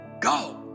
Go